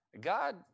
God